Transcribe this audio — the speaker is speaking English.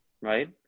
Right